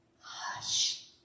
hush